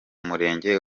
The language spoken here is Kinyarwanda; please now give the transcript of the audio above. murenge